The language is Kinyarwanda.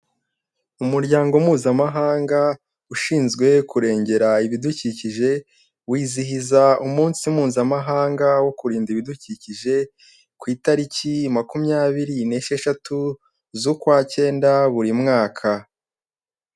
Umuryango mpuzamahanga ushinzwe kurengera ibidukikije, wizihiza umunsi mpuzamahanga wo kurinda ibidukikije ku itariki makumyabiri n'esheshatu z'ukwa kenda buri mwaka.